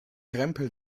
krempel